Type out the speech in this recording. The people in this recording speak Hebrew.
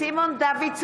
סימון דוידסון,